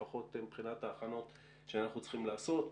לפחות מבחינת ההכנות שאנחנו צריכים לעשות,